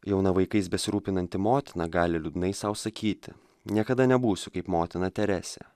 jauna vaikais besirūpinanti motina gali liūdnai sau sakyti niekada nebūsiu kaip motina teresė